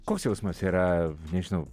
koks jausmas yra nežinau